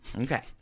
Okay